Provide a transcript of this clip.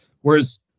Whereas